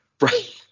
Right